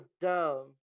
dumb